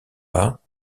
pas